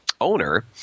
owner